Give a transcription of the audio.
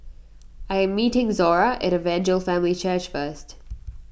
I am meeting Zora at Evangel Family Church first